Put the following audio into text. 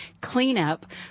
cleanup